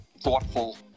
thoughtful